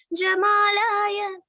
jamalaya